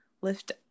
lift